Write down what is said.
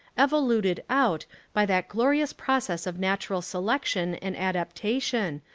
evo luted out by that glorious process of natural selection and adaptation,